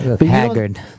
Haggard